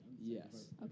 Yes